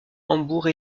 hambourg